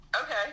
Okay